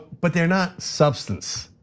but they're not substance.